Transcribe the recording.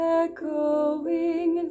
echoing